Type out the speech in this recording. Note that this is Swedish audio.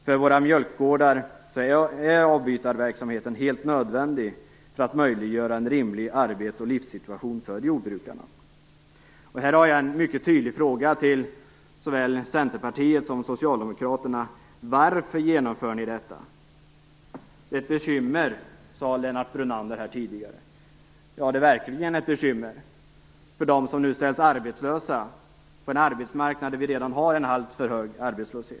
För våra mjölkgårdar är avbytarverksamheten helt nödvändig för att möjliggöra en rimlig arbets och livssituation för jordbrukarna. Här har jag en mycket tydlig fråga till såväl Centerpartiet som Socialdemokraterna: Varför genomför ni detta? Ett bekymmer, sade Lennart Brunander tidigare. Ja, det är verkligen ett bekymmer för dem som nu ställs arbetslösa på en arbetsmarknad där vi redan har en alltför hög arbetslöshet.